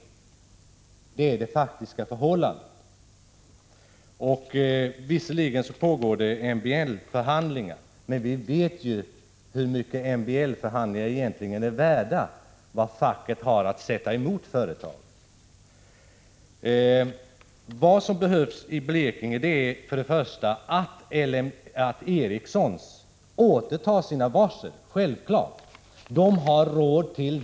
24 april 1986 Det är det faktiska förhållandet. Visserligen pågår MBL-förhandlingar, men ER Om omhändertagandet vi vet hur litet MBL-förhandlingar egentligen är värda och hur litet facket har pfa å är av utlänningars returatt sätta emot företaget. cc biljetter Vad som behövs i Blekinge är för det första självfallet att Ericssons återtar sina varsel. Det har företaget råd till.